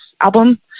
album